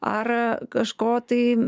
ar kažko tai